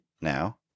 now